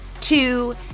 two